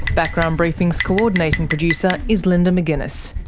background briefing's co-ordinating producer is linda mcginness,